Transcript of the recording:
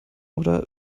oder